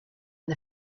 and